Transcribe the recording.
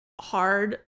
hard